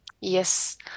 Yes